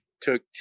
took